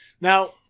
Now